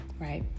Right